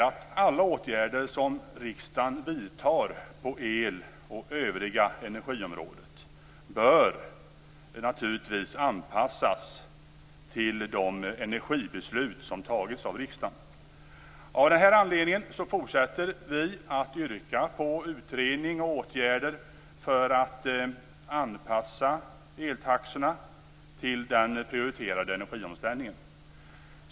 Alla åtgärder som riksdagen vidtar på elområdet och övriga energiområdet bör naturligtvis anpassas till de energibeslut som tagits av riksdagen. Av den här anledningen fortsätter vi att yrka på utredning och åtgärder för att anpassa eltaxorna till den prioriterade energiomställningen.